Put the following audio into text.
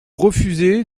refusez